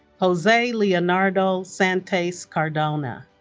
jose leonardo santos cardona